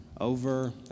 over